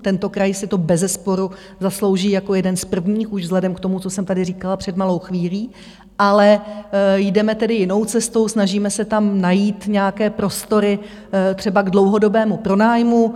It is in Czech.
Tento kraj si to bezesporu zaslouží jako jeden z prvních už vzhledem k tomu, co jsem tady říkala před malou chvílí, ale jdeme tedy jinou cestou, snažíme se tam najít nějaké prostory třeba k dlouhodobému pronájmu.